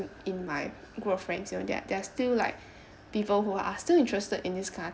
in my group of friends there are still like people who are still interested in this kind